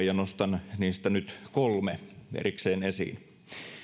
ja nostan niistä nyt kolme erikseen esiin